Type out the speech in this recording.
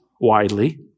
widely